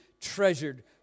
treasured